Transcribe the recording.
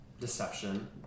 deception